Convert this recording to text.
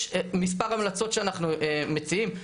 יש מספר המלצות שאנחנו מציעים.